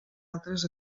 altres